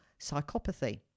psychopathy